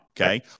okay